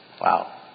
Wow